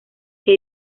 que